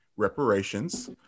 reparations